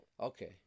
Okay